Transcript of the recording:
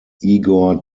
igor